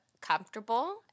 comfortable